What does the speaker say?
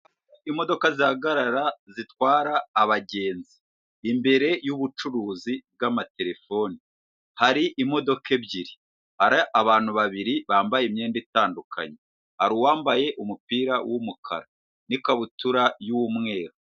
Imodoka zihagarara zitwara abagenzi, imbere y'ubucuruzi bw'amaterefone hari imodoka ebyiri, hari abantu babiri bambaye imyenda itandukanye, hari uwambaye umupira w'umukara n'ikabutura y'umweru.